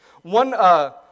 One